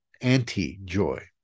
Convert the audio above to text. anti-joy